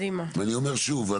אני אומר שוב,